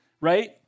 right